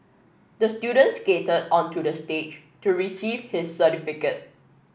the student skated onto the stage to receive his certificate